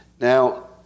Now